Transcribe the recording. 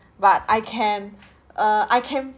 but I can uh I can